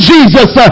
Jesus